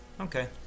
okay